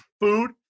food